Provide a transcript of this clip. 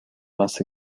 más